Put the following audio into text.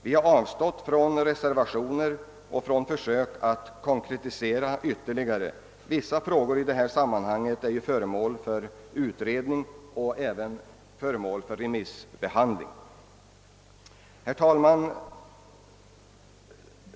Vi har avstått från reservationer och från försök att ytterligare konkretisera. Vissa frågor i detta sammanhang är föremål för utredning och även föremål för remissbehandling. Herr talman!